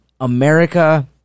America